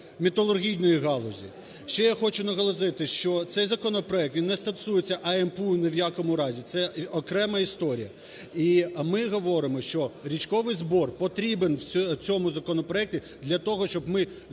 металургійної галузі. Ще я хочу наголосити, що цей законопроект, він не стосується АМПУ ні в якому разі, це окрема історія. І ми говоримо, що річковий збір повинен в цьому законопроекті для того, щоб ми